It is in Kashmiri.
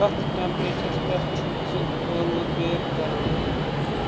کتھ ٹیمپریچرس پٮ۪ٹھ چھُکھ ژٕ ٲلوٕ بیک کران